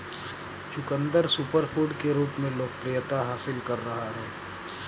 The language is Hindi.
चुकंदर सुपरफूड के रूप में लोकप्रियता हासिल कर रहा है